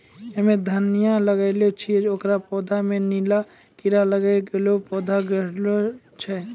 हम्मे धनिया लगैलो छियै ओकर पौधा मे नीला कीड़ा लागी गैलै पौधा गैलरहल छै?